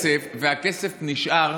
זה שמוצאים את הכסף והכסף נשאר